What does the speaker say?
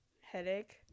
headache